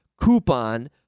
coupon